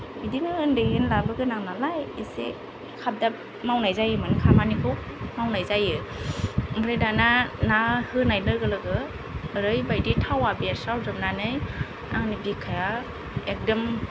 बिदिनो उन्दै उनलाबो गोनां नालाय इसे खाबदाब मावनाय जायोमोन खामानिखौ मावनाय जायो ओमफ्राय दाना ना होनाय लोगो लोगो ओरैबायदि थावा बेरस्रावजोबनानै आंनि बिखाया एकदम